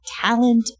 talent